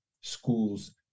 schools